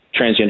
transgender